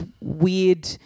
weird